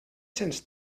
cents